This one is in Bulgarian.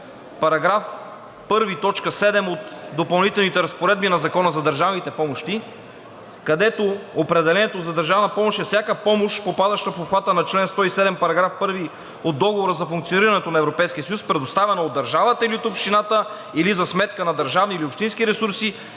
§ 1, т. 7 от Допълнителните разпоредби на Закона за държавните помощи, където определението за държавна помощ е: „Всяка помощ, попадаща в обхвата на чл. 107, § 1 от Договора за функционирането на Европейския съюз, предоставена от държавата или от общината, или за сметка на държавни или общински ресурси,